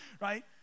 Right